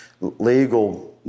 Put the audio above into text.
legal